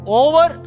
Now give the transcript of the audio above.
over